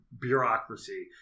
bureaucracy